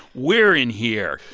we're in here.